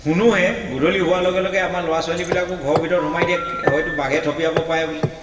শুনোহে গধূলি হোৱাৰ লগে লগে আমাৰ ল'ৰা ছোৱালীবিলাকো ঘৰৰ ভিতৰত সোমাই দিয়ে হয়তো বাঘে থপিয়াব পাৰে বুলি